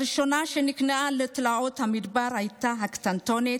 הראשונה שנכנעה לתלאות המדבר הייתה הקטנטונת,